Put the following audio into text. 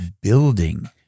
building